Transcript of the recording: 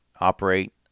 operate